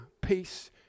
peace